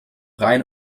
rein